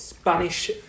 Spanish